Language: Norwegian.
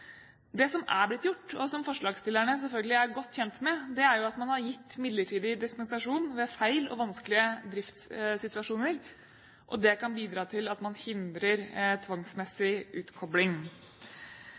Det som er blitt gjort, og som forslagsstillerne selvfølgelig er godt kjent med, er at man har gitt midlertidig dispensasjon ved feil og vanskelige driftssituasjoner, og det kan bidra til at man hindrer